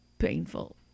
painful